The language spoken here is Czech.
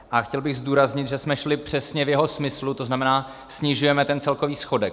A chtěl bych zdůraznit, že jsme šli přesně v jeho smyslu, to znamená, že snižujeme ten celkový schodek.